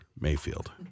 Mayfield